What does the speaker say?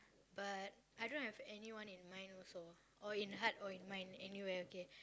but I don't have anyone in mind also or in heart or in mind anywhere okay